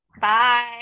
Bye